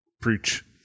preach